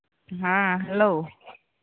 ᱦᱮᱸ ᱦᱮᱞᱳ